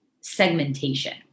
segmentation